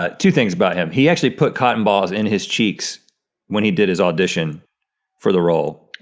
ah two things about him, he actually put cotton balls in his cheeks when he did his audition for the role